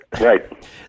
Right